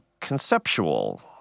conceptual